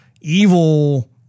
evil